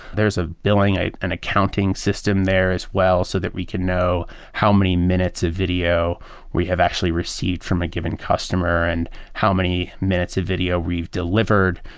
there's a billing, an accounting system there as well so that we can know how many minutes of video we have actually received from a given customer and how many minutes of video we've delivered,